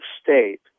state